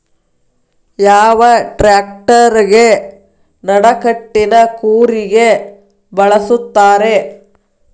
ಯಾವ ಟ್ರ್ಯಾಕ್ಟರಗೆ ನಡಕಟ್ಟಿನ ಕೂರಿಗೆ ಬಳಸುತ್ತಾರೆ?